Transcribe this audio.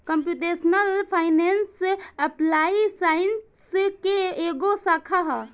computational finance applied science के एगो शाखा ह